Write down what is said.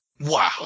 Wow